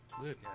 Good